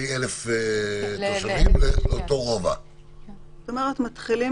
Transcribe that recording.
אלה התנאים הבסיסיים לפני שאנחנו מתחילים